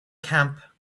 camp